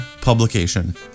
publication